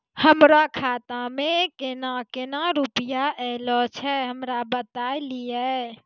हमरो खाता मे केना केना रुपैया ऐलो छै? हमरा बताय लियै?